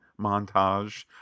montage